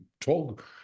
talk